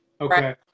Okay